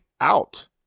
Out